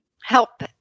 help